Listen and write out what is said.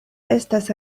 estas